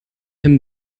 him